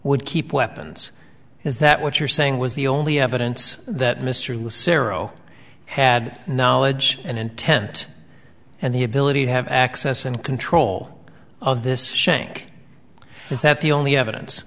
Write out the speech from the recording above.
would keep weapons is that what you're saying was the only evidence that mr le ciro had knowledge and intent and the ability to have access and control of this shank is that the only evidence